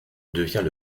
devient